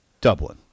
Dublin